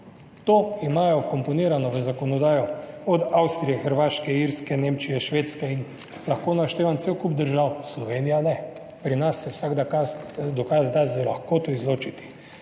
To imajo vkomponirano v zakonodajo od Avstrije, Hrvaške, Irske, Nemčije, Švedske in lahko naštevam cel kup držav. Slovenija ne. Pri nas se vsak dokaz da z lahkoto izločiti.